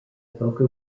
boca